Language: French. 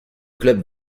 club